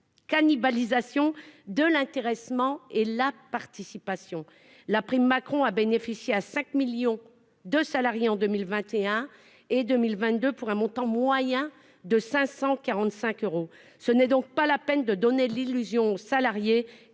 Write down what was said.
cannibalisation de l'intéressement et la participation ». La prime Macron a bénéficié à 5 millions de salariés entre 2021 et 2022, pour un montant moyen de 545 euros. Ce n'est pas la peine de donner l'illusion aux salariés